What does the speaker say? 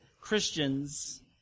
Christians